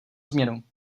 změnu